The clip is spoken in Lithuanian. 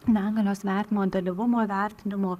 negalios vertinimo dalyvumo vertinimo